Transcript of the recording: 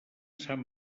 sant